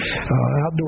outdoor